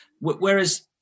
Whereas